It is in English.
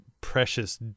precious